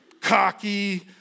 cocky